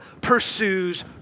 pursues